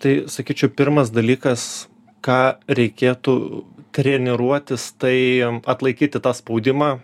tai sakyčiau pirmas dalykas ką reikėtų treniruotis tai atlaikyti tą spaudimą